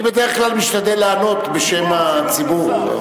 אני בדרך כלל משתדל לענות בשם הציבור.